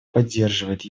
поддерживает